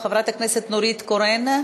חברת הכנסת נורית קורן,